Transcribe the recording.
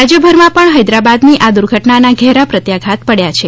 રાજ્યભરમાં પણ હૈદરાબાદની આ દુર્ધટનાના ઘેરા પ્રત્યાઘાત પડ્યા છે